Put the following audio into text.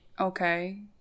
okay